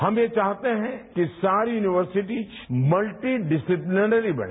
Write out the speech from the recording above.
हम ये चाहते हैं कि सारी यूनिवर्सिटी मल्टी डिसीप्लिनरी में रहे